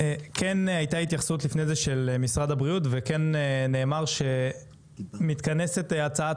כן הייתה התייחסות לפני זה של משרד הבריאות וכן נאמר שמתכנסת הצעת